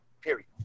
Period